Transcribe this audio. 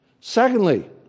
Secondly